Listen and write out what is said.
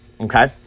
okay